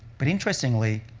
but interestingly,